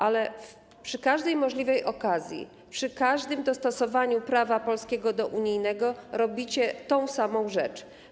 Ale przy każdej możliwej okazji, przy każdym dostosowaniu prawa polskiego do unijnego robicie tę samą rzecz.